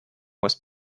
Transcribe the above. was